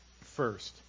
First